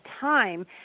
time